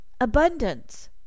abundance